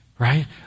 Right